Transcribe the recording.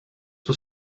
was